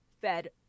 fed